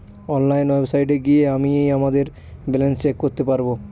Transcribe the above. online ওয়েবসাইটে গিয়ে আমিই আমাদের ব্যালান্স চেক করতে পারবো